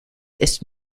ist